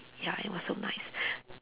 ya it was so nice